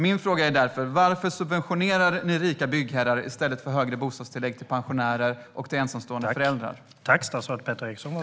Min fråga är därför: Varför subventionerar ni rika byggherrar i stället för högre bostadstillägg för pensionärer och ensamstående föräldrar?